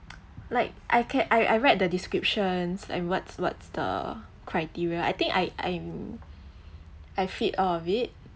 like I can I I read the descriptions and what's what's the criteria I think I I mean I fit all of it